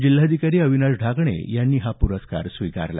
जिल्हाधिकारी अविनाश ढाकणे यांनी हा प्रस्कार स्वीकारला